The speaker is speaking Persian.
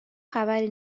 خبری